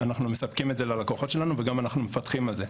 אנחנו מספקים את זה ללקוחות שלנו וגם אנחנו מפתחים על זה.